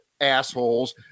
assholes